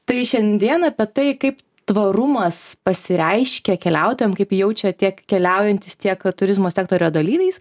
tai šiandien apie tai kaip tvarumas pasireiškia keliautojam kaip jį jaučia tiek keliaujantys tiek turizmo sektorio dalyviais